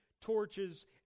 torches